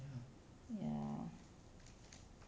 ya